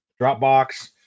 Dropbox